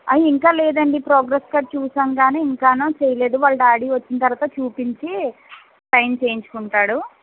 ఇంకా లేదండి progress card చూశాము కాని ఇంకాను చెయ్యలేదు వాళ్ళ డాడీ వచ్చిన తరువాత చూపించి సైన్ చెయ్యించుకుంటాడు